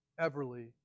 Everly